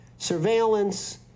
surveillance